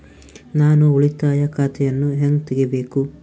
ನಾನು ಉಳಿತಾಯ ಖಾತೆಯನ್ನು ಹೆಂಗ್ ತಗಿಬೇಕು?